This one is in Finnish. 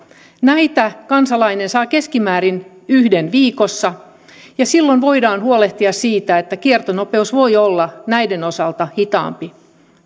näitä kansalainen saa keskimäärin yhden viikossa ja silloin voidaan huolehtia siitä että kiertonopeus voi olla näiden osalta hitaampi